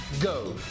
go